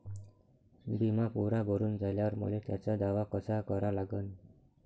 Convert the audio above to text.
बिमा पुरा भरून झाल्यावर मले त्याचा दावा कसा करा लागन?